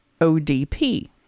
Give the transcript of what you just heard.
ODP